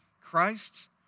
Christ